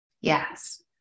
Yes